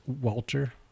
Walter